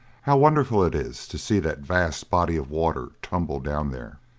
how wonderful it is to see that vast body of water tumble down there!